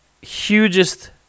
hugest